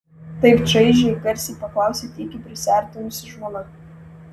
taip čaižiai garsiai paklausė tykiai prisiartinusi žmona